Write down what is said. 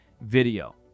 video